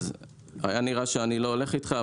היה נראה שאני לא הולך איתך,